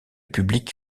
public